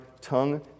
tongue